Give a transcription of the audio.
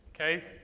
Okay